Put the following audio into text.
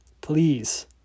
Please